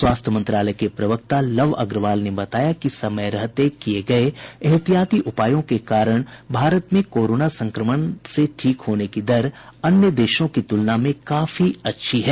स्वास्थ्य मंत्रालय के प्रवक्ता लव अग्रवाल ने बताया कि समय रहते किये गये एहतियाती उपायों के कारण भारत में कोरोना संक्रमण से ठीक होने की दर अन्य देशों की तुलना में काफी अच्छी है